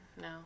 no